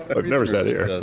but i've never sat here.